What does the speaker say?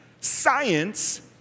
Science